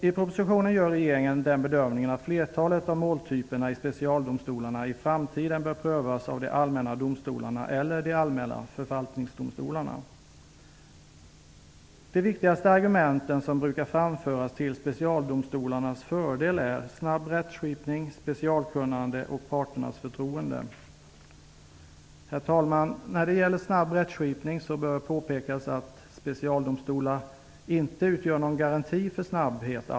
I propositionen gör regeringen den bedömningen att flertalet av måltyperna i specialdomstolarna i framtiden bör prövas av de allmänna domstolarna eller de allmänna förvaltningsdomstolarna. De viktigaste argumenten som brukar framföras till specialdomstolarnas fördel är snabb rättsskipning, specialkunnande och parternas förtroende. Herr talman! När det gäller snabb rättsskipning bör det påpekas att specialdomstolar inte alltid utgör någon garanti för snabbhet.